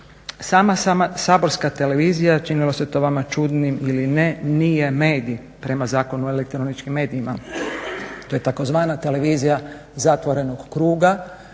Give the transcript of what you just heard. Sama saborska televizija činilo se to vama čudnim ili ne nije medij prema Zakonu o elektroničkim medijima. To je tzv. televizija zatvorenog kruga